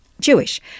Jewish